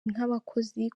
nk’abakozi